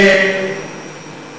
כמה ארנונה אתם משלמים?